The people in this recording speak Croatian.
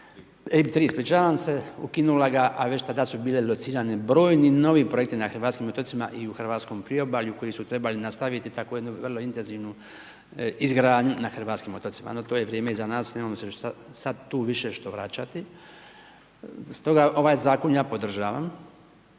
ispričavam se, ukinula ga, a već tada su bile locirane brojnim novim projekti na hrvatskim otocima i u hrvatskom priobalju koji su trebali nastaviti tako jednu vrlo intenzivnu izgradnju na hrvatskim otocima. No to je vrijeme iza nas, nemamo se šta sad tu više što vraćati. Stoga ovaj Zakon ja podržavam.